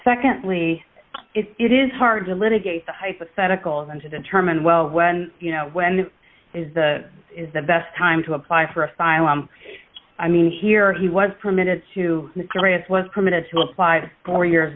secondly it is hard to litigate the hypotheticals and to determine well when you know when is the is the best time to apply for asylum i mean here he was permitted to durant's was permitted to apply for years